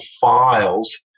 files